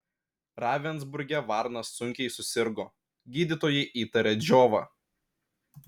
ravensburge varnas sunkiai susirgo gydytojai įtarė džiovą